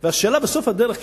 והשאלה בסוף הדרך,